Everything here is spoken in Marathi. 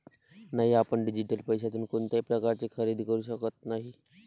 नाही, आपण डिजिटल पैशातून कोणत्याही प्रकारचे खरेदी करू शकत नाही